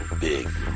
Big